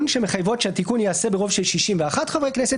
שמחייבות שהתיקון ייעשה ברוב של 61 חברי כנסת.